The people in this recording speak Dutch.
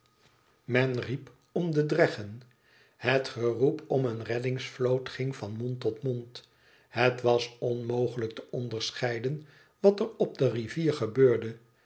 men riep om de dreggen het geroep om een reddingsvlot ging van mond tot mond het was onmogelijk te onderscheiden wat er op de rivier gebeurde